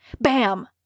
Bam